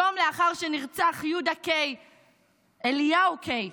יום לאחר שנרצח אליהו קיי,